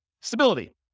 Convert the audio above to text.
Stability